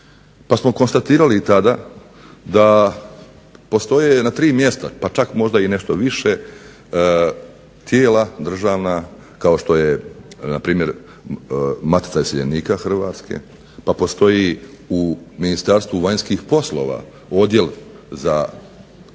Pa smo konstatirali tada da postoje na tri mjesta pa čak možda i nešto više tijela državna kao što je npr. Matica iseljenika Hrvatske, pa postoji u Ministarstvu vanjskih poslova odjel za poslove u